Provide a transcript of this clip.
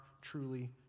truly